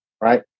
right